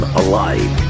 alive